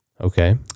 Okay